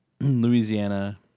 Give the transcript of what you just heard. Louisiana